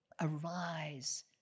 Arise